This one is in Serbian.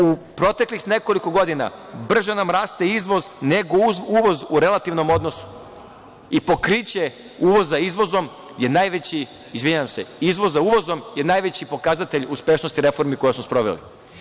U proteklih nekoliko godina brže nam raste izvoz nego uvoz u relativnom odnosu i pokriće izvoza uvozom je najveći pokazatelj uspešnosti reformi koje smo sproveli.